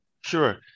Sure